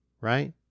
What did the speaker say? right